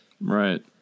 Right